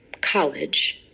college